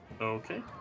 Okay